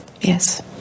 Yes